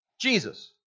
Jesus